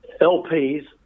LPs